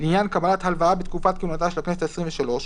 לעניין קבלת הלוואה בתקופת כהונתה של הכנסת העשרים ושלוש,